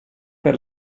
per